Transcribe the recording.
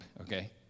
okay